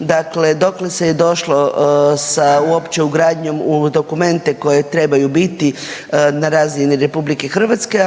zanima dokle se je došlo sa uopće ugradnjom u dokumente koje trebaju biti na razini RH,